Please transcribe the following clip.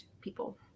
people